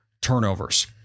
turnovers